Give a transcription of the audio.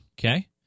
Okay